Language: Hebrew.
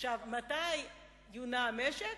מתחייב כמה שנים קדימה למתווה שאין לו שום שייכות למצב העתידי במשק,